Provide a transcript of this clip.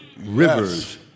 rivers